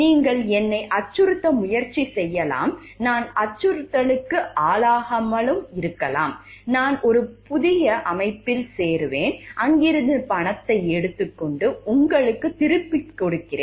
நீங்கள் என்னை அச்சுறுத்த முயற்சி செய்யலாம் நான் அச்சுறுத்தலுக்கு ஆளாகாமல் இருக்கலாம் நான் ஒரு புதிய அமைப்பில் சேருவேன் அங்கிருந்து பணத்தை எடுத்துக்கொண்டு உங்களுக்கு திருப்பிக் கொடுக்கிறேன்